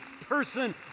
person